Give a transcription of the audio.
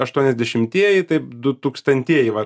aštuoniasdešimtieji taip du tūkstantieji va